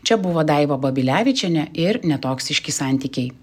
čia buvo daiva babilevičienė ir netoksiški santykiai